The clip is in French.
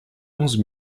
onze